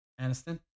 Aniston